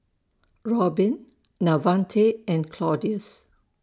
Robyn Davante and Claudius